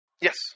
Yes